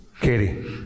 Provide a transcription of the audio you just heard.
Katie